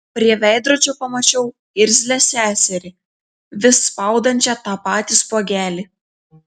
prie veidrodžio pamačiau irzlią seserį vis spaudančią tą patį spuogelį